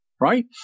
Right